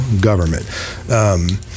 government